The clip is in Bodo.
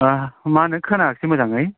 हो मा होनो खोनायासै मोजाङै